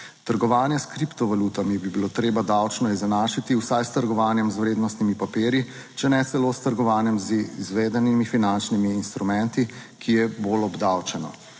Trgovanje s kriptovalutami bi bilo treba davčno izenačiti vsaj s trgovanjem z vrednostnimi papirji, če ne celo s trgovanjem z izvedenimi finančnimi instrumenti, ki je bolj obdavčeno.